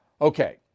Okay